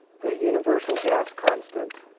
the universal gas constant.